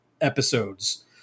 episodes